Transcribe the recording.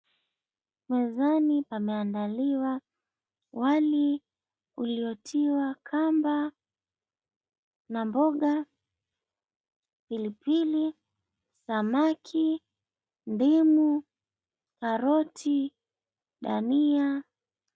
Mezani pameandaliwa wali uliotiwa kamba na mboga, pilipili, samaki, ndimu, karoti, dania.